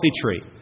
tree